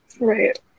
Right